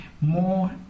more